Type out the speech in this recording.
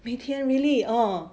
每天 really orh